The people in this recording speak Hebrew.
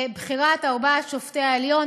בחירת ארבעת שופטי העליון.